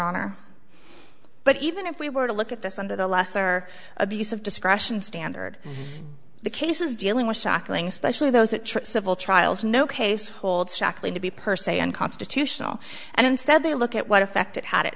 honor but even if we were to look at this under the lesser abuse of discretion standard the cases dealing with shackling especially those that civil trials no case hold shaklee to be personally unconstitutional and instead they look at what effect it had a